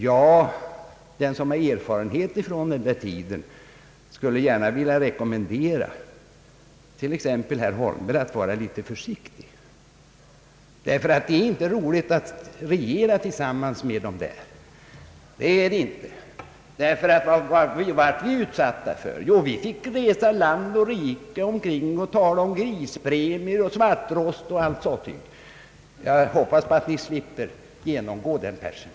Jag som har erfarenhet från den tiden skulle gärna vilja rekommendera t.ex. herr Holmberg att vara litet försiktig, ty det är inte så roligt att regera tillsammans med de där partierna. Vad blev vi utsatta för? Jo, vi fick resa land och rike runt och tala om grispremier, svartrost och annat sattyg. Jag hoppas att ni slipper genomgå den pärsen.